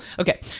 Okay